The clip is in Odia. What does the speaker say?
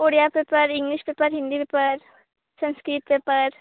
Odia paper English paper Hindi paper Sanskrit paper